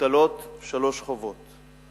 מוטלות שלוש חובות: